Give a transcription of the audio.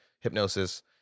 hypnosis